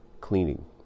cleaning